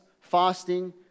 fasting